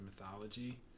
mythology